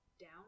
down